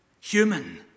human